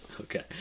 Okay